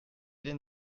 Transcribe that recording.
den